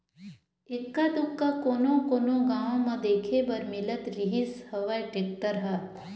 एक्का दूक्का कोनो कोनो गाँव म देखे बर मिलत रिहिस हवय टेक्टर ह